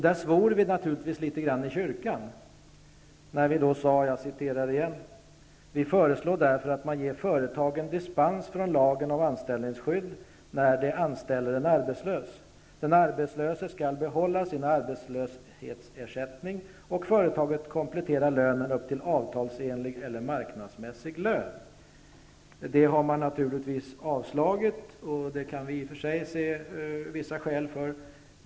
Där svor vi naturligtvis litet i kyrkan, när vi sade: ''Vi föreslår därför att man ger företagen dispens från lagen om anställningsskydd, när de anställer en arbetslös. Den arbetslöse skall behålla sin arbetslöshetsersättning och företaget kompletterar lönen upp till avtalsenlig eller marknadsmässig lön.'' Detta förslag har utskottet naturligtvis avstyrkt, och det kan vi i och för sig se vissa skäl för.